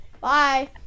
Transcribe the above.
Bye